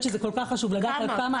שזה כל כך חשוב לדעת על כמה --- כמה?